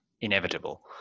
inevitable